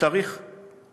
ועיסאווי פריג'.